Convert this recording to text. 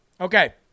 Okay